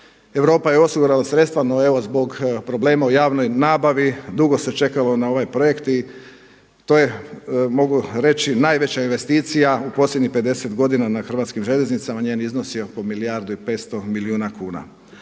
Europa je osigurala sredstva no evo zbog problema u javnoj nabavi dugo se čekalo na ovaj projekt i to je mogu reći najveća investicija u posljednjih 50 godina na HŽ-u. njen iznos je oko milijardu i 500 milijuna kuna.